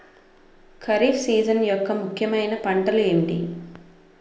Kharif season యెక్క ముఖ్యమైన పంటలు ఏమిటీ?